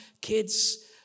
kids